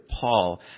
Paul